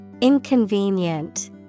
Inconvenient